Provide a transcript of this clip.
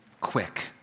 quick